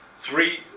three